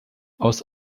aus